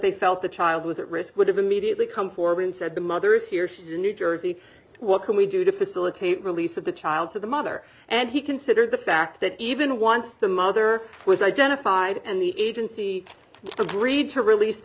they felt the child was at risk would have immediately come forward and said the mother is here she is in new jersey what can we do to facilitate release of the child to the mother and he considered the fact that even once the mother was identified and the agency agreed to release the